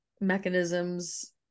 mechanisms